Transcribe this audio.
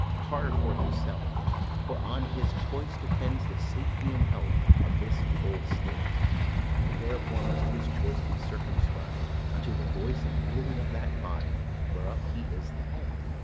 carve for himself for on his choice depends the safety and health of this whole state and therefore must his choice be circumscrib'd unto the voice and yielding of that body whereof he is the head.